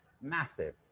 massive